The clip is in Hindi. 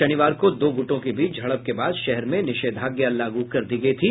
शनिवार को दो गुटों के बीच झड़प के बाद शहर में निषेधाज्ञा लागू कर दी गयी थी